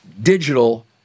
digital